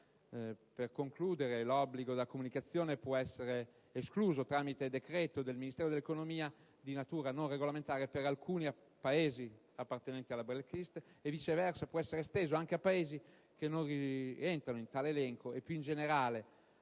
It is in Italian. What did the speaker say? Concludendo, l'obbligo di comunicazione può essere escluso, tramite decreto del Ministro dell'economia di natura non regolamentare, per alcuni Paesi appartenenti alla *black list* e, viceversa, può essere esteso anche a Paesi che non rientrano in tale elenco e, più in generale,